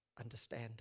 understand